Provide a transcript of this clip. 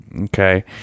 Okay